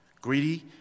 greedy